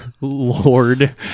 lord